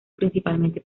principalmente